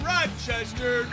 Rochester